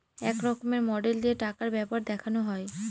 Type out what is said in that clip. এক রকমের মডেল দিয়ে টাকার ব্যাপার দেখানো হয়